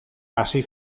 hasi